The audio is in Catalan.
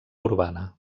urbana